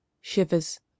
shivers